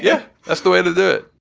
yeah, that's the way to do it.